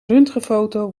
röntgenfoto